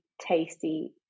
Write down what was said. tasty